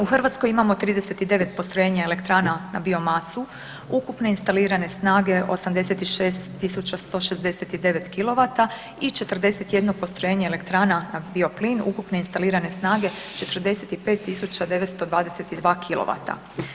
U Hrvatskoj imamo 39 postrojenja elektrana na biomasu, ukupno instalirane snage 86 169 kilovata i 41 postrojenje elektrana na bioplin, ukupne instalirane snage 45 922 kilovata.